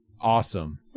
Awesome